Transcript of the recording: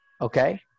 Okay